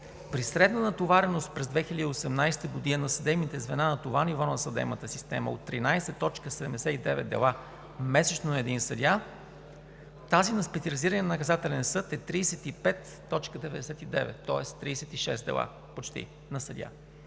При средна натовареност през 2018 г. на съдебните звена на това ниво на съдебната система – от 13,79 дела месечно на един съдия, тази на Специализирания наказателен съд е 35,99, тоест почти 36 дела